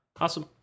Awesome